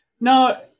Now